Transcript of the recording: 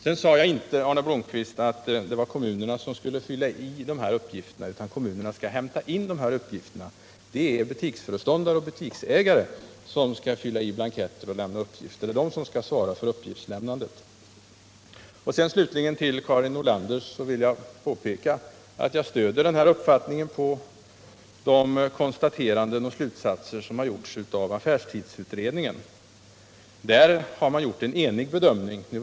Jag sade inte, Arne Blomkvist, att det var kommunerna som skulle fylla i blanketterna som behövs för de uppgifter vi här har diskuterat. Kommunerna skall bara hämta in dessa uppgifter; det är butiksföreståndare och butiksägare som skall fylla i blanketterna och svara för uppgiftslämnandet. För Karin Nordlander vill jag slutligen påpeka att jag stödde mitt uttalande när det gällde söndagshandeln på de konstateranden och slutsatser som har gjorts av affärstidsutredningen. I denna har man gjort en enig bedömning i den här frågan.